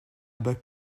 bas